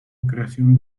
creación